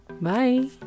Bye